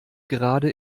gerade